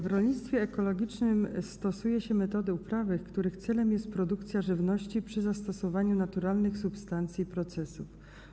W rolnictwie ekologicznym stosuje się metody uprawy, których celem jest produkcja żywności przy zastosowaniu naturalnych substancji i procesów.